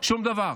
שום דבר,